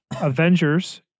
Avengers